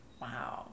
Wow